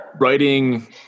writing